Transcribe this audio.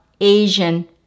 Asian